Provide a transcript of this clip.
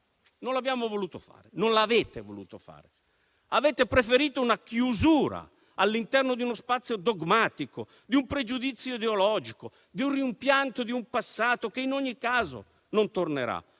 non l'avete voluto fare. Avete preferito una chiusura all'interno di uno spazio dogmatico, un pregiudizio ideologico, un rimpianto di un passato che in ogni caso non tornerà.